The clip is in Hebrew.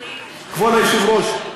כבוד היושב-ראש,